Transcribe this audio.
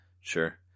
Sure